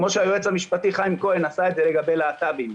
כמו שהיועץ המשפטי חיים כהן עשה את זה לגבי להט"בים?